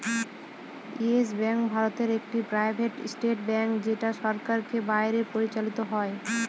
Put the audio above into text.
yes Bank ভারতে একটি private sector bank যেটা সরকারের বাইরে পরিচালত হয়